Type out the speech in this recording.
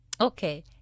Okay